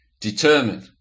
determined